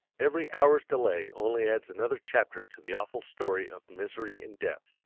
every hour's delay only adds another chapter to the awful story of misery and death.